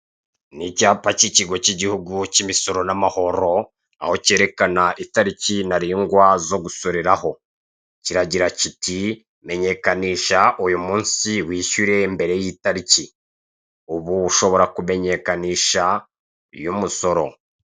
Ni icyapa cy'ikigo cy'igihugu cy'imisoro n'amahoro aho cyerekana itariki ntarengwa zo gusoreraho. Kiragira kiti,"menyekanisha uyu munsi wishyure mbere y'itariki". Ubu ushobora kumenyekanisha y'umusoro.